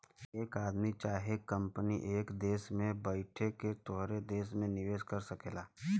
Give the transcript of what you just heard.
एक आदमी चाहे कंपनी एक देस में बैइठ के तोहरे देस मे निवेस कर सकेला